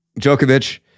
Djokovic